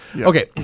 Okay